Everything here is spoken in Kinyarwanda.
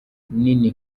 nini